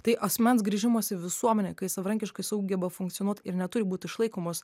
tai asmens grįžimas į visuomenę kai savarankiškai sugeba funkcionuot ir neturi būt išlaikomos